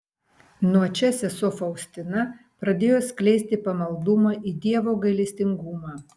nuo čia sesuo faustina pradėjo skleisti pamaldumą į dievo gailestingumą